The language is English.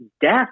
death